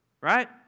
Right